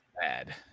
bad